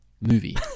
movie